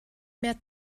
mehr